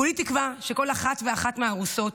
כולי תקווה שכל אחת ואחת מהארוסות